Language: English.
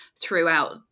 throughout